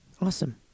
Awesome